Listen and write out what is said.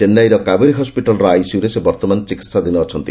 ଚେନ୍ନାଇର କାବେରୀ ହସ୍କିଟାଲ୍ର ଆଇସିୟୁରେ ସେ ବର୍ତ୍ତମାନ ଚିକିତ୍ସାଧୀନ ଅଛନ୍ତି